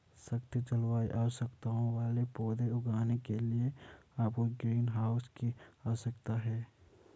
सख्त जलवायु आवश्यकताओं वाले पौधे उगाने के लिए आपको ग्रीनहाउस की आवश्यकता है